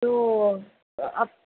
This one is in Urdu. تو آپ